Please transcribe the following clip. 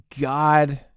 God